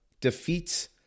defeats